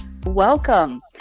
Welcome